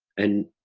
and